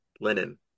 linen